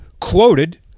quoted